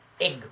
egg